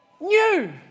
new